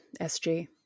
sg